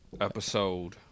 Episode